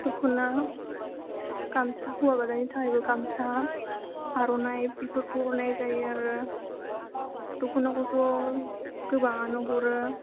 दखना गामसा हौवा गोदाननि थाखायबो गामसा आर'नाइ बेफोरखौ हरनाय जायो आरो दखनाखौथ' गोबाङानो हरो